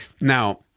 now